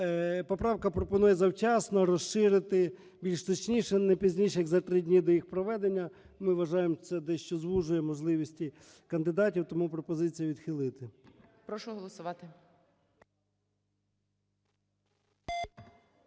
Поправка пропонує завчасно розширити, більш точніше, не пізніше як за три дні їх проведення. Ми вважаємо, це дещо звужує можливості кандидатів. Тому пропозиція відхилити.